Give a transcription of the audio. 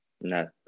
no